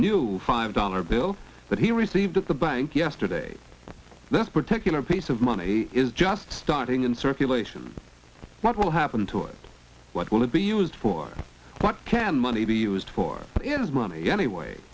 new five dollar bill that he received at the bank yesterday that particular piece of money is just starting in circulation what will happen to it what will it be used for what can money be used for is money anyway